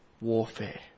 warfare